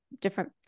different